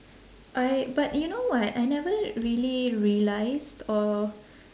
I but you know what I never really realised or